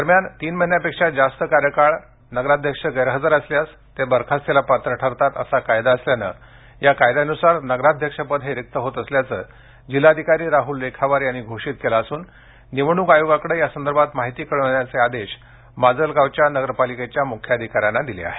दरम्यान तीन महिन्यापेक्षा जास्त कार्यकाळ नगराध्यक्ष गैरहजर असल्यास ते बरखास्तीस पात्र ठरतात असा कायदा असल्यान या कायद्यान्वये नगराध्यक्ष पद हे रिक्त होत असल्याचे जिल्हाधिकरी राहूल रेखावार यांनी घोषित केलं असून निवडणुक आयोगाकडे या संदर्भात माहिती कळविण्याचे आदेश माजलगाव नगर पालिकेच्या मुख्याधिकार्यांना दिले आहेत